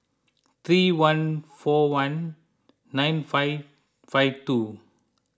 three one four one nine five five two